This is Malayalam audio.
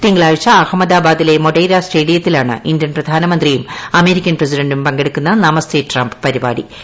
തിങ്കളാഴ്ച അഹമ്മുദ്ധ്പ്പാദിലെ മൊടേര സ്റ്റേഡിയത്തിലാണ് ഇന്ത്യൻ പ്രധാനമന്ത്രിയുട്ട് അ്മേരിക്കൻ പ്രസിഡന്റും പങ്കെടുക്കുന്ന നമസ്തേ ട്രംപ് പരിപാട്ടി